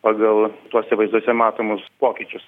pagal tuose vaizduose matomus pokyčius